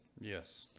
Yes